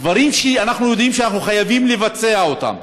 דברים שאנחנו יודעים שאנחנו חייבים לבצע אותם,